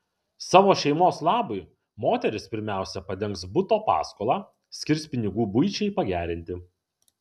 savo šeimos labui moteris pirmiausia padengs buto paskolą skirs pinigų buičiai pagerinti